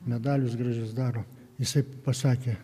medalius gražius daro jisai pasakė